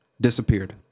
disappeared